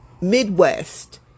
midwest